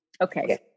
Okay